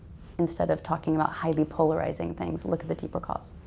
instead of talking about highly polarizing things look at the deeper cause.